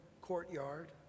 courtyard